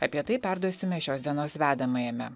apie tai perduosime šios dienos vedamajame